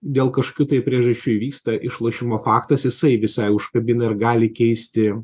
dėl kažkokių tai priežasčių įvyksta išlošimo faktas jisai visai užkabina ir gali keisti